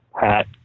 hat